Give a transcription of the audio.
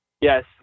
Yes